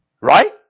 Right